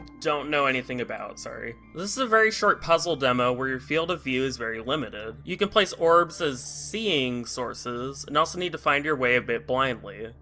don't know anything about, sorry. this is a very short puzzle demo where your field of view is very limited. you can place orbs as. seeing. sources, and also need to find your way a bit blindly.